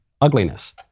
ugliness